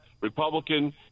Republican